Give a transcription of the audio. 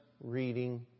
reading